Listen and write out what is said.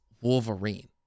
Wolverine